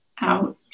out